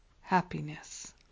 happiness